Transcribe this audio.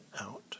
out